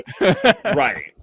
Right